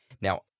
Now